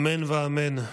אמן ואמן.